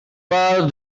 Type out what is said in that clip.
pearl